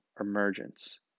Emergence